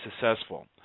successful